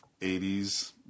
80s